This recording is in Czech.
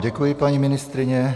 Děkuji vám, paní ministryně.